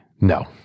no